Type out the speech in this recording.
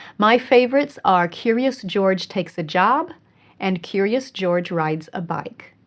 my favorites are curious george takes a job and curious george rides a bike.